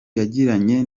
yagiranye